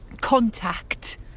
contact